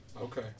okay